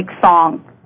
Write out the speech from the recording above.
Song